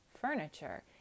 furniture